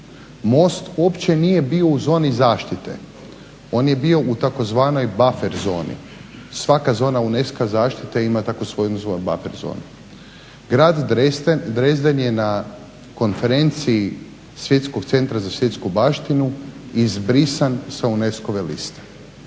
mosti uopće nije bio u zoni zaštite, on je bio u tzv. buffer zoni. Svaka zona UNESCO-a zaštite ima … buffer zonu. Grad Dresden je na konferenciji Svjetskog centra za svjetsku baštinu izbrisan sa UNESCO-ove liste